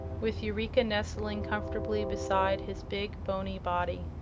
with eureka nestling comfortably beside his big, boney body.